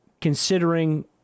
considering